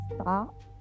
stop